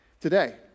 today